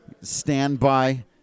standby